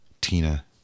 Tina